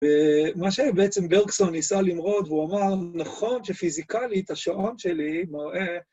ומה שבעצם ברקסון ניסה למרוד, והוא אמר, נכון שפיזיקלית השעון שלי מראה...